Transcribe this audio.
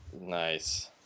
Nice